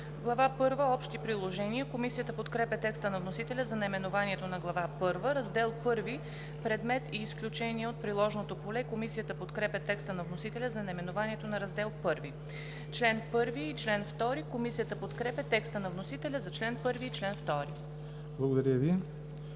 първа – Общи положения“. Комисията подкрепя текста на вносителя за наименованието на Глава първа. „Раздел I – Предмет и изключения от приложното поле“. Комисията подкрепя текста на вносителя за наименованието на Раздел I. Комисията подкрепя текста на вносителя за чл. 1 и чл. 2. ПРЕДСЕДАТЕЛ